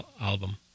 album